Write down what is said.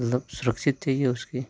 मतलब सुरक्षित चाहिए उसकी